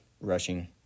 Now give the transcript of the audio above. rushing